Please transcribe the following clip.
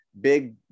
big